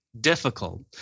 difficult